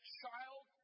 child